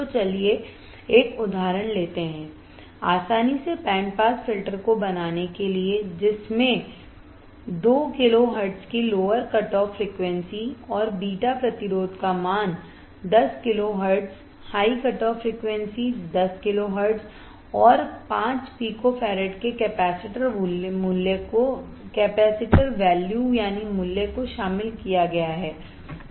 तो चलिए एक उदाहरण लेते हैं आसानी से बैंड पास फिल्टर को बनाने के लिए जिसमें दो किलो हर्ट्ज की लोअर कटऑफ फ्रीक्वेंसी और बीटा प्रतिरोध का मान 10 kilohertz high cutoff frequency 10 kilohertz और 5 पिको फराड के कैपेसिटर वैल्यू को शामिल किया गया है